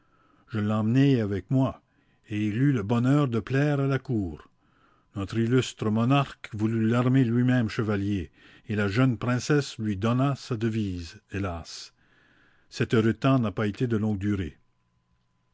je l'emmenai avec moi et il eut le bonheur de plaire à la cour notre illustre monarque voulut l'armer lui-même chevalier et la jeune princesse lui donna sa devise hélas cet heureux tems n'a pas été de longue durée